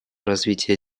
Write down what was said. развитие